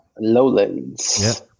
Lowlands